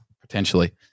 potentially